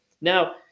Now